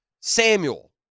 Samuel